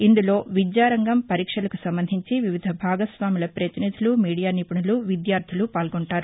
ఇందులో విద్యా రంగం పరీక్షలకు సంబంధించి వివిధ భాగస్వాముల ప్రతినిధులు మీడియా నిపుణులు విద్యార్దలు పాల్గొంటారు